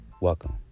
Welcome